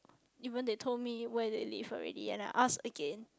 even they told me where they live already and I ask again